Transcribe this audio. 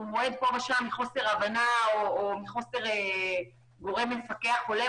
מועד פה ושם מחוסר הבנה או מחוסר גורם מפקח הולם,